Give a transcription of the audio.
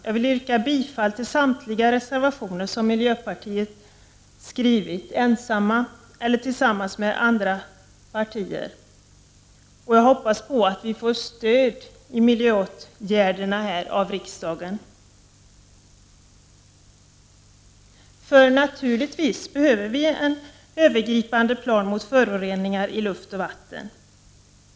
Jag vill yrka bifall till samtliga reservationer som miljöpartiet skrivit ensamma eller tillsammans med andra partier. Jag hoppas få stöd i miljöåtgärderna av riksdagen. Naturligtvis behöver vi en övergripande plan mot föroreningar i luft och vatten.